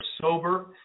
sober